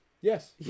Yes